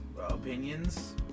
opinions